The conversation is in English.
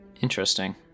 Interesting